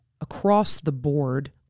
across-the-board